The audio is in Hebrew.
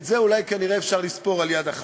את זה כנראה אפשר לספור על יד אחת.